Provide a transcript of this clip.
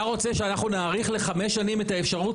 אתה רוצה שאנחנו נאריך לחמש שנים את האפשרות